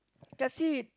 that's it